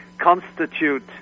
constitute